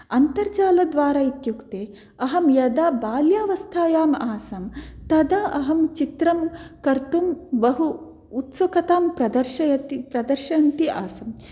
अन्तर्जालद्वारा इत्युक्ते अहं यदा बाल्यावस्थायाम् आसं तदा अहं चित्रं कर्तुं बहु उत्सुकतां प्रदर्शयति प्रदर्शयन्ती आसम्